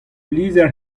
lizher